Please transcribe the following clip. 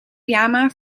pyjama